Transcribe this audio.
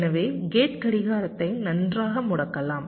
எனவே கேட் கடிகாரத்தை நன்றாக முடக்கலாம்